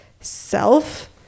self